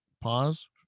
pause